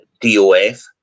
DOF